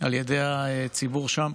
על ידי הציבור שם